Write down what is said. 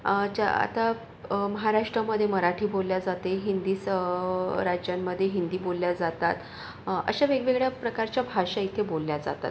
अच्छा आता महाराष्ट्रामध्ये मराठी बोलल्या जाते हिंदीच रायचलमध्ये हिंदी बोलल्या जातात अशा वेगवेगळ्या प्रकारच्या भाषा इथे बोलल्या जातात